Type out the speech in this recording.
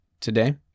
today